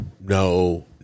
no